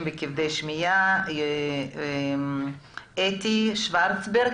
וכבדי שמיעה בישראל אתי שוורצברג,